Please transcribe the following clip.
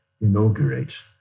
inaugurate